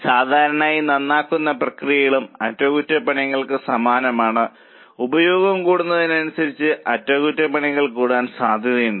സാധാരണയായി നന്നാക്കുന്ന പ്രക്രിയയും അറ്റകുറ്റപ്പണികൾക്ക് സമാനമാണ് ഉപയോഗം കൂടുന്നതിനനുസരിച്ച് അറ്റകുറ്റപ്പണികൾ കൂടാൻ സാധ്യതയുണ്ട്